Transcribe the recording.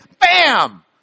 bam